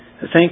Thank